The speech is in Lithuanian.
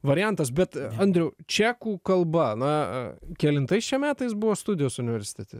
variantas bet andriau čekų kalba na kelintais čia metais buvo studijos universitete